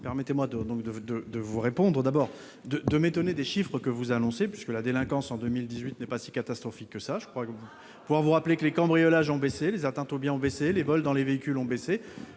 de, de, de vous répondre d'abord de m'étonner, des chiffres que vous annoncez, puisque la délinquance en 2018 n'est pas si catastrophique que ça, je crois que pour vous rappeler que les cambriolages ont baissé, les atteintes aux biens ont baissé, les vols dans les véhicules ont baissé,